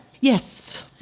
Yes